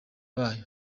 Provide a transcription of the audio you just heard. bayo